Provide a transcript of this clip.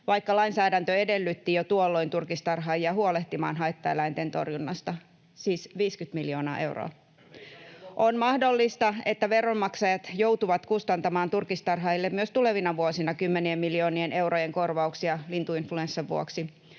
vaikka lainsäädäntö edellytti jo tuolloin turkistarhaajia huolehtimaan haittaeläinten torjunnasta — siis 50 miljoonaa euroa. [Mauri Peltokangas: Ei saanut lokkeja lopettaa!] On mahdollista, että veronmaksajat joutuvat kustantamaan turkistarhaajille myös tulevina vuosina kymmenien miljoonien eurojen korvauksia lintuinfluenssan vuoksi.